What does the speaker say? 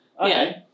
Okay